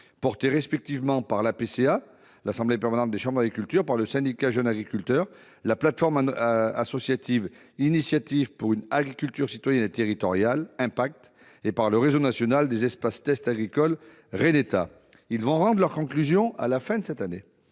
Portés, respectivement, par l'Assemblée permanente des chambres d'agriculture, l'APCA, le syndicat Jeunes agriculteurs- JA -, la plateforme associative Initiatives pour une agriculture citoyenne et territoriale, ou INPACT, et par le réseau national des espaces-test agricoles, ou RENETA, ils rendront leurs conclusions à la fin de cette année.